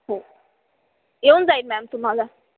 हो येऊन जाईल मॅम तुम्हाला